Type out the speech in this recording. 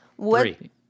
Three